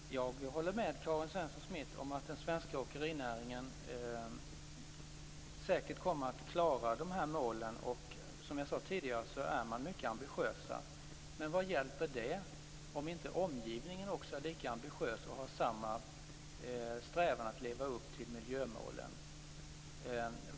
Fru talman! Jag håller med Karin Svensson Smith om att den svenska åkerinäringen säkert kommer att klara målen, för som jag tidigare sade är den mycket ambitiös. Men vad hjälper det om inte omgivningen är lika ambitiös och har samma strävan att leva upp till miljömålen?